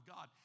God